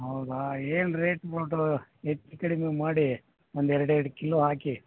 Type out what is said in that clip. ಹೌದಾ ಏನು ರೇಟ್ ಬಿಡ್ರೋ ಹೆಚ್ ಕಡಿಮೆ ಮಾಡಿ ಒಂದು ಎರಡು ಎರಡು ಕಿಲೋ ಹಾಕಿ